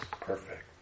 perfect